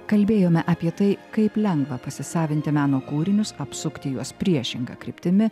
kalbėjome apie tai kaip lengva pasisavinti meno kūrinius apsukti juos priešinga kryptimi